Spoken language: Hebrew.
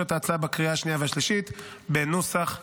את ההצעה בקריאה השנייה והשלישית בנוסח הוועדה.